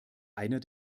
einer